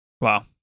Wow